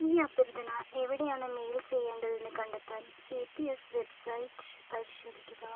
ഈ അഭ്യർത്ഥന എവിടെയാണ് മെയിൽ ചെയ്യേണ്ടതെന്ന് കണ്ടെത്താൻ സി പി എസ് വെബ്സൈറ്റ് പരിശോധിക്കുക